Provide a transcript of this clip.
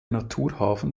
naturhafen